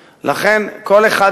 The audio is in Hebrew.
הם רוצים שהן יהיו בביטוח לאומי.